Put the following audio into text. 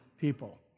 people